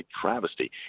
travesty